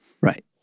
Right